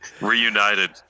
Reunited